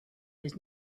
his